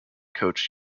coach